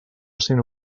cent